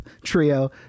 trio